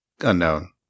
Unknown